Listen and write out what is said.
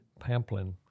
Pamplin